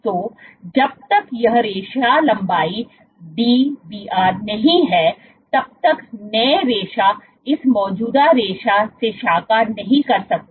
तो जब तक यह रेशा लंबाई Dbr नहीं है तब तक नए रेशा इस मौजूदा रेशा से शाखा नहीं कर सकते